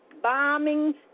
Bombings